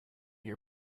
your